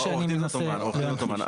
אוסמן,